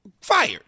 fired